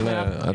מההוצאות.